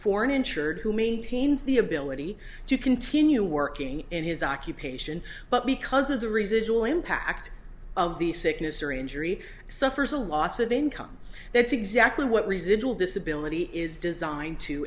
an insured who maintains the ability to continue working in his occupation but because of the residual impact of the sickness or injury suffers a loss of income that's exactly what residual disability is designed to